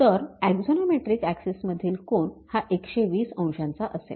तर axonometric axis मधील कोन हा १२० अंशांचा असेल